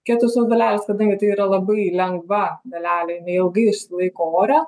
kietosios dalelės kadangi tai yra labai lengva dalelė jinai ilgai išsilaiko ore